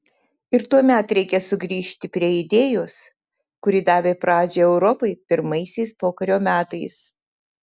ir tuomet reikia sugrįžti prie idėjos kuri davė pradžią europai pirmaisiais pokario metais